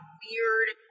weird